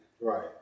Right